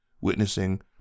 witnessing